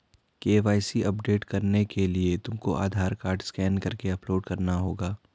KYC update करने के लिए तुमको आधार कार्ड स्कैन करके अपलोड करना होगा